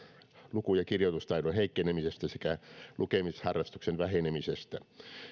luku ja kirjoitustaidon heikkenemisestä sekä lukemisharrastuksen vähenemisestä